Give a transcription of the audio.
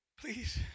Please